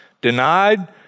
denied